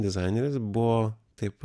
dizaineris buvo taip